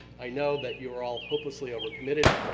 i know that you are all hopelessly overcommitted,